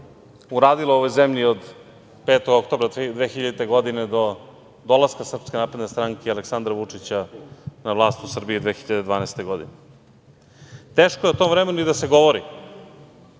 uradili ovoj zemlji od 5. oktobra 2000. godine do dolaska SNS i Aleksandra Vučića na vlast u Srbiji 2012. godine. Teško je o tom vremenu i da se govori.